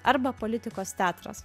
arba politikos teatras